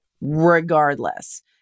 regardless